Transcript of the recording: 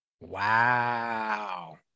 Wow